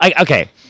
Okay